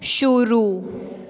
शुरू